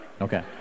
okay